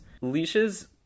leashes